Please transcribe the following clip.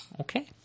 Okay